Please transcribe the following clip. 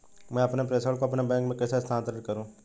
मैं अपने प्रेषण को अपने बैंक में कैसे स्थानांतरित करूँ?